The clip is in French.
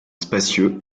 spacieux